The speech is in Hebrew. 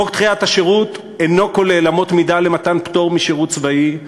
"חוק דחיית השירות אינו כולל אמות מידה למתן פטור משירות צבאי,